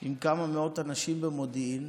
עם כמה מאות אנשים במודיעין,